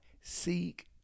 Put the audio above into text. seek